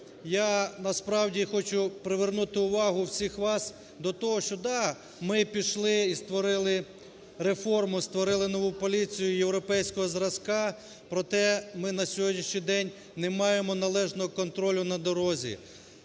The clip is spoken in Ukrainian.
Я насправді хочу привернути увагу всіх вас до того, що, да, ми пішли і створили реформу, створили нову поліцію європейського зразка, проте ми на сьогоднішній день не маємо належного контролю на дорозі.